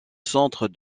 centre